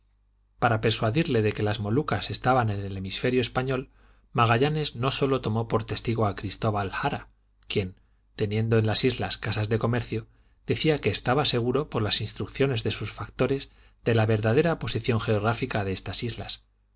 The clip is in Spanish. para persuadirle de que las molucas estaban en el hemisferio español magallanes no sólo tomó por testigo a cristóbal hará quien teniendo en las indias casas de comercio decía que estaba seguro por las instrucciones de sus factores de la verdadera posición geográfica de estas islas